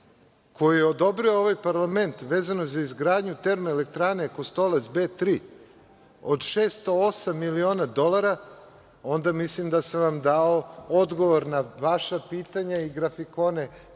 koje je odobrio ovaj parlament, vezano za izgradnju Termoelektrane „Kostalac B3“ od 608 miliona dolara, onda mislim da sam vam dao odgovor na vaša pitanja i grafikone